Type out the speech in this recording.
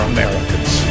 Americans